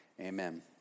Amen